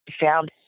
found